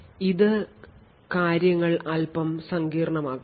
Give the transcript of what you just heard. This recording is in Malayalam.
ഇപ്പോൾ ഇത് കാര്യങ്ങൾ അൽപ്പം സങ്കീർണ്ണമാക്കുന്നു